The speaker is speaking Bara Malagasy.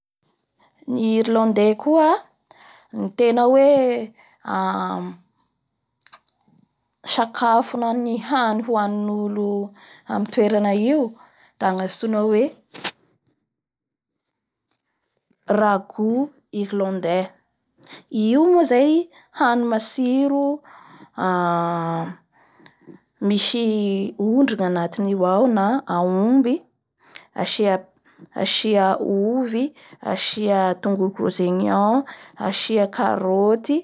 Ny Irlandais koa ny tena hoe sakafo na ny hany hoanin'olo amin'ny toerana ioda ngatsona hoe RAGOU IRLANDAIS io moa zay hay matsiro Mmisy ondry ny anatin'io ao na aomby asia-asia ovy, asio tongolo grosoignons, asia karoty.